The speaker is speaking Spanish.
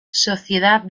sociedad